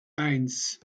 eins